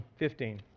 15